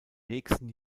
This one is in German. nächsten